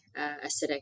acidic